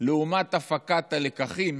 לעומת הפקת הלקחים